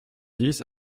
dix